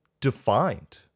defined